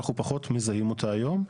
אנחנו פחות מזהים אותה היום.